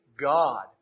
God